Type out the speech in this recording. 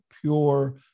pure